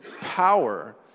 power